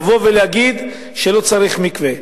לבוא ולהגיד שלא צריך מקווה?